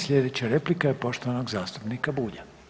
Slijedeća replika je poštovanog zastupnika Bulja.